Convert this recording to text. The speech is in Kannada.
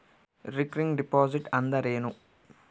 ರಿಕರಿಂಗ್ ಡಿಪಾಸಿಟ್ ಅಂದರೇನು?